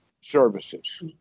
services